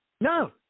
No